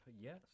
Yes